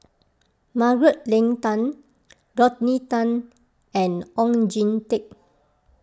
Margaret Leng Tan Rodney Tan and Oon Jin Teik